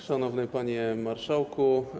Szanowny Panie Marszałku!